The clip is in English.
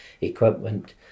equipment